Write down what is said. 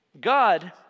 God